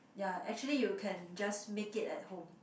ya actually you can just make it at home